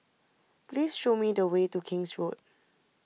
please show me the way to King's Road